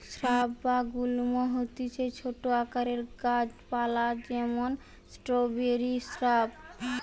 shrub বা গুল্ম হতিছে ছোট আকারের গাছ পালা যেমন স্ট্রওবেরি শ্রাব